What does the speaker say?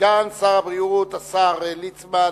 סגן שר הבריאות, השר ליצמן,